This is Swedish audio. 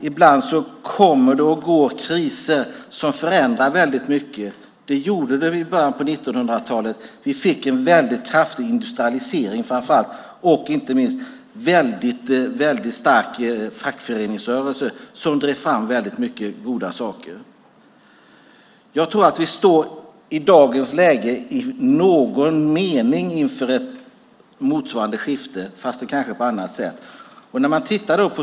Ibland kommer det och går kriser som förändrar mycket. Det gjorde det i början av 1900-talet. Vi fick en kraftig industrialisering och inte minst en stark fackföreningsrörelse som drev fram mycket goda saker. I dagens läge står vi i någon mening inför ett motsvarande skifte - fast kanske på annat sätt.